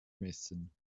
messen